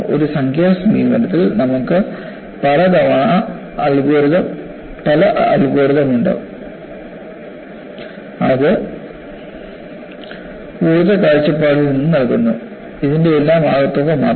ഒരു സംഖ്യാ സമീപനത്തിൽ നമുക്ക് പലഅൽഗോരിതം ഉണ്ട് അത് ഊർജ്ജ കാഴ്ചപ്പാടിൽ നിന്ന് നൽകുന്നു ഇതിന്റെയെല്ലാം ആകത്തുക മാത്രം